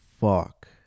fuck